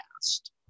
past